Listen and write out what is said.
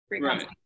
right